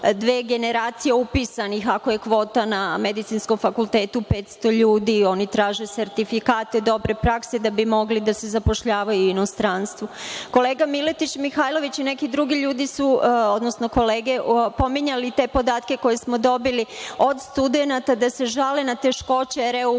dve generacije upisanih, ako je kvota na medicinskom fakultetu 500 ljudi. Oni traže sertifikate dobre prakse da bi mogli da se zapošljavaju u inostranstvu. Kolega Miletić Mihajlović i neke druge kolege su pominjali te podatke koje smo dobili od studenata, da se žale na teškoće